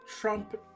Trump